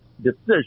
decision